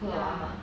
ya